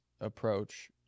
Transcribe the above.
approach